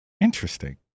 Interesting